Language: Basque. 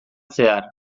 zehar